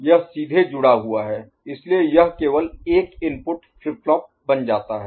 यह सीधे जुड़ा हुआ है इसलिए यह केवल एक इनपुट फ्लिप फ्लॉप बन जाता है